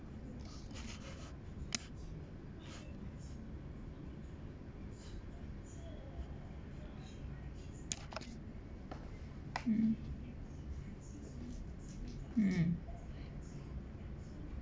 mm mm